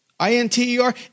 I-N-T-E-R